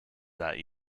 that